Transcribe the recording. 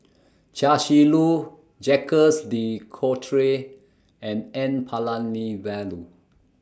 Chia Shi Lu Jacques De Coutre and N Palanivelu